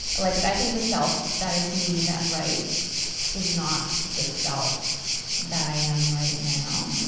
like i think the self that it's me that writes is not the self that i am right now.